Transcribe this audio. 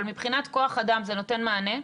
אבל מבחינת כוח האדם זה נותן מענה?